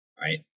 right